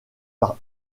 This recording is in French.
par